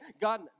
God